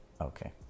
okay